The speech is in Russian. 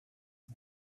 ему